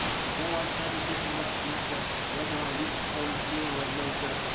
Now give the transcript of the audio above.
although i said it didn't much matter whether i reached home sooner or later,